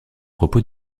propos